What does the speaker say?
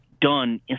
done